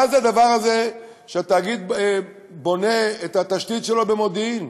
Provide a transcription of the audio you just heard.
מה הדבר הזה שהתאגיד בונה את התשתית שלו במודיעין?